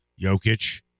Jokic